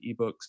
ebooks